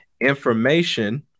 information